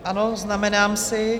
Ano, znamenám si.